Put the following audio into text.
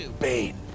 Bane